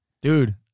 Dude